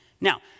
Now